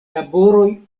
laboroj